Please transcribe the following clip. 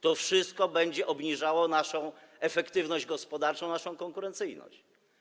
To wszystko będzie obniżało naszą efektywność gospodarczą, naszą konkurencyjność.